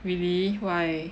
really why